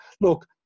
look